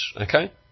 okay